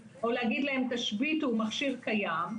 או להגיד להם תשביתו מכשיר קיים,